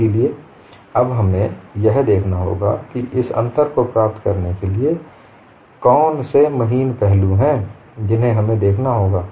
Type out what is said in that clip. इसलिए अब हमें यह देखना होगा कि इस अंतर को प्राप्त करने के लिए कौन से महीन पहलू हैं जिन्हें हमें देखना होगा